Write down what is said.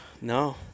No